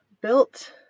built